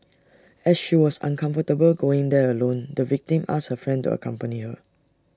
as she was uncomfortable going there alone the victim asked her friend accompany her